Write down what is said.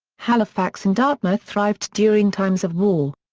halifax and dartmouth thrived during times of war.